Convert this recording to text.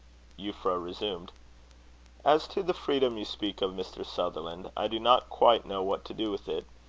euphra resumed as to the freedom you speak of, mr. sutherland, i do not quite know what to do with it.